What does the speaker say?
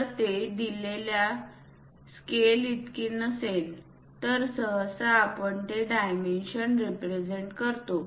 जर ते दिल्या गेलेल्या स्केल इतके नसेल तर सहसा आपण ते डायमेन्शन रिप्रेझेंट करतो